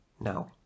now